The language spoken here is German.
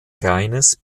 reines